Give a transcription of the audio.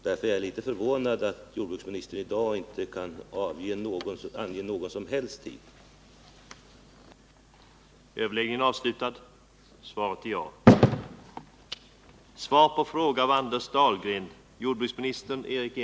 Därför är jag litet förvånad över att jordbruksministern i dag inte kan ange någon som helst tidpunkt.